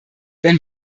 wenn